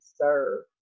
serve